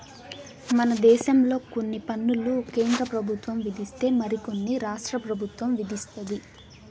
మన దేశంలో కొన్ని పన్నులు కేంద్ర పెబుత్వం విధిస్తే మరి కొన్ని రాష్ట్ర పెబుత్వం విదిస్తది